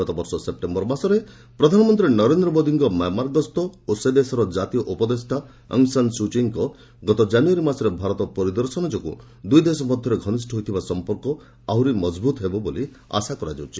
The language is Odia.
ଗତବର୍ଷ ସେପ୍ଟେମ୍ବର ମାସରେ ପ୍ରଧାନମନ୍ତ୍ରୀ ନରେନ୍ଦ୍ର ମୋଦିଙ୍କ ମିଆଁମାର ଗସ୍ତ ଓ ସେ ଦେଶର ଜାତୀୟ ଉପଦେଷ୍ଟା ଅଙ୍ଗ ସାନ୍ ସୁଚୀଙ୍କ ଗତ ଜାନୁୟାରୀ ମାସରେ ଭାରତ ପରିଦର୍ଶନ ଯୋଗୁଁ ଦୁଇଦେଶ ମଧ୍ୟରେ ଘନିଷ୍ଠ ହୋଇଥିବା ସଂପର୍କ ଆହୁରି ମଜବୁତ ହେବ ବୋଲି ଆଶା କରାଯାଉଛି